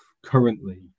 currently